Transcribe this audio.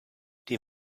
die